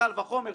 לעיכול.